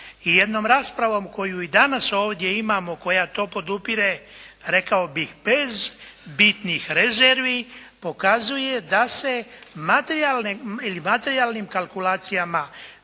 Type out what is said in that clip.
jednom raspravom koju i danas ovdje imamo koja to podupire rekao bih bez bitnih rezervi, pokazuje da se materijalnim kalkulacijama